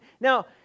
Now